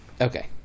Okay